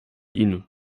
ihnen